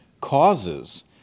causes